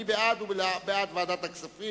מי שמצביע בעד הוא בעד ועדת הכספים.